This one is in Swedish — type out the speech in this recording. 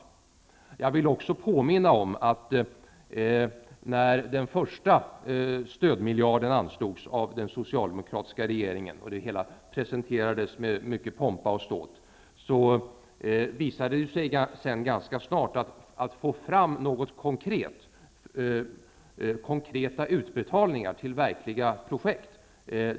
Vidare vill jag påminna om att det när den första stödmiljarden anslogs av den socialdemokratiska regeringen -- det hela presenterades med mycken pompa och ståt -- ganska snart visade sig att det var långt svårare att få fram konkreta utbetalningar till verkliga projekt.